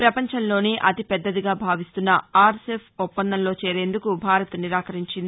ప్రపంచంలోనే అతి పెద్దదిగా భావిస్తున్న ఆర్ సెఫ్ ఒప్పందంలో చేరేందుకు భారత్ నిరాకరించింది